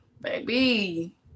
baby